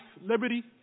liberty